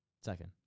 Second